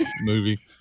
movie